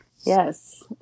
Yes